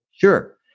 Sure